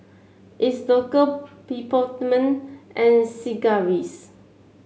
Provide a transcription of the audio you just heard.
Isocal Peptamen and Sigvaris